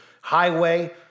highway